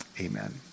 amen